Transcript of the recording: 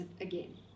again